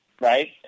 right